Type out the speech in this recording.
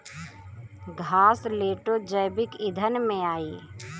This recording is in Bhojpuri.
घासलेटो जैविक ईंधन में आई